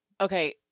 Okay